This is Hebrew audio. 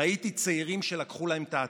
ראיתי צעירים שלקחו להם את העתיד,